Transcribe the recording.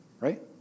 right